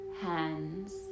hands